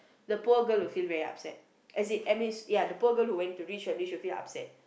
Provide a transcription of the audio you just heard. the poor girl will feel very upset as in ya the poor girl who went to rich family she will feel upset